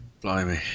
Blimey